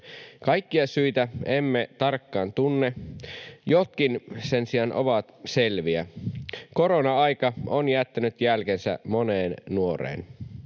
Kaikkia syitä emme tarkkaan tunne, jotkin sen sijaan ovat selviä. Korona-aika on jättänyt jälkensä moneen nuoreen.